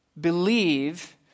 believe